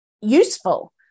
useful